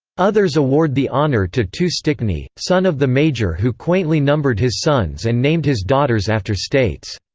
others award the honor to two stickney, son of the major who quaintly numbered his sons and named his daughters after states.